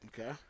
Okay